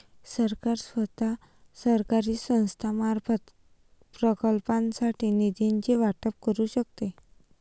सरकार स्वतः, सरकारी संस्थांमार्फत, प्रकल्पांसाठी निधीचे वाटप करू शकते